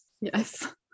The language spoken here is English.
Yes